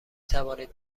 توانید